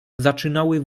zaczynały